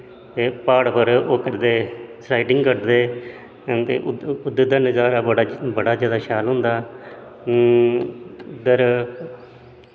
ते प्हाड़ पर ओह् करदे सलाईडिंग करदे उद्धर दा नजारा बड़ा बड़ा जैदा शैल होंदा पर